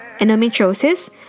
Endometriosis